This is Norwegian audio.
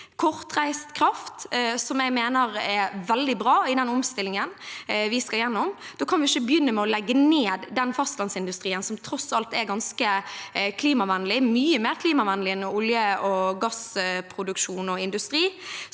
kortreist kraft, som jeg mener er veldig bra i omstillingen vi skal gjennom. Da kan vi ikke begynne med å legge ned fastlandsindustrien – som tross alt er ganske klimavennlig, mye mer klimavennlig enn olje- og gassproduksjon – en industri